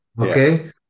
okay